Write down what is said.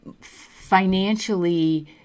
financially